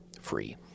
free